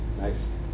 Nice